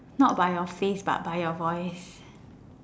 not by your face but by your voice